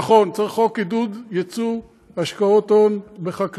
נכון , צריך חוק עידוד יצוא והשקעות הון בחקלאות.